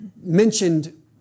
mentioned